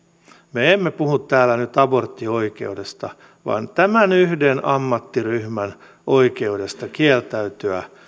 me emme puhu täällä nyt aborttioikeudesta vaan tämän yhden ammattiryhmän oikeudesta kieltäytyä